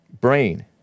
brain